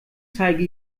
zeige